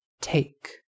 take